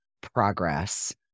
progress